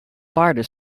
paarden